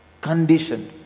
conditioned